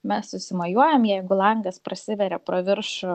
mes susimajuojam jeigu langas prasiveria pro viršų